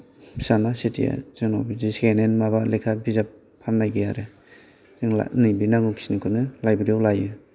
फिसाना city या जोंनाव बिदि सेकेन्द हेन्द माबा लेखा बिजाब फाननाय गैया आरो जों ला नैबे नांगौखिनिखौनो लाइब्रेरि याव लायो